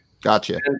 Gotcha